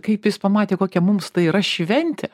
kaip jis pamatė kokia mums tai yra šventė